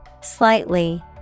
Slightly